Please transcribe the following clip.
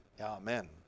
Amen